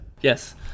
Yes